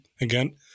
again